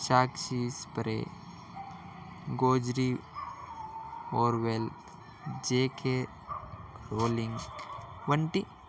సాక్షీ స్ప్రే గోజరీ Orwell J K Rowling వంటి